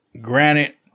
granite